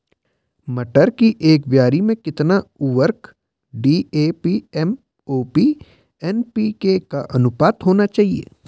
मटर की एक क्यारी में कितना उर्वरक डी.ए.पी एम.ओ.पी एन.पी.के का अनुपात होना चाहिए?